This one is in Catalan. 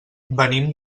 venim